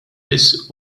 biss